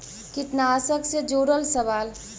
कीटनाशक से जुड़ल सवाल?